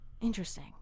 interesting